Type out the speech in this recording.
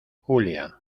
julia